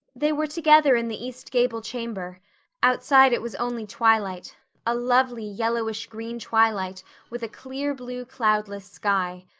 they were together in the east gable chamber outside it was only twilight a lovely yellowish-green twilight with a clear-blue cloudless sky.